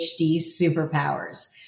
Superpowers